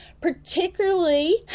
particularly